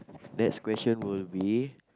next question will be